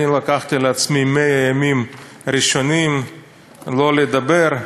אני לקחתי על עצמי 100 ימים ראשונים לא לדבר.